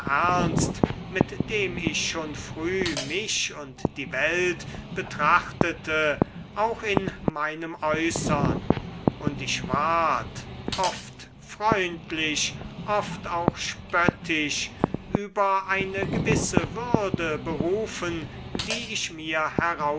ernst mit dem ich schon früh mich und die welt betrachtete auch in meinem äußern und ich ward oft freundlich oft auch spöttisch über eine gewisse würde berufen die ich mir